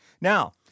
Now